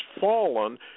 fallen